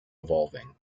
evolving